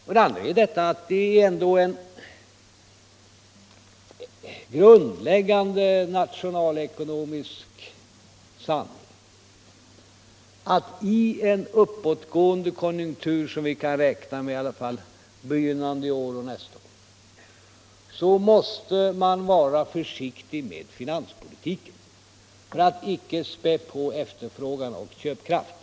Vidare är det ändå en grundläggande nationalekonomisk sanning att man i en uppåtgående konjunktur, som vi kan räkna med i alla fall skall begynna i år och nästa år, måste vara försiktig med finanspolitiken för att icke spä på efterfrågan och köpkraft.